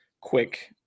quick